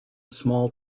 small